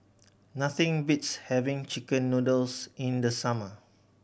nothing beats having chicken noodles in the summer